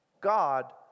God